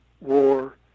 war